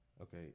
Okay